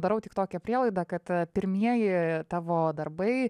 darau tik tokią prielaidą kad pirmieji tavo darbai